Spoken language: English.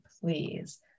please